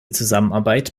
zusammenarbeit